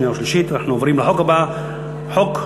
ובכן,